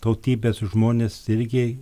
tautybės žmonės irgi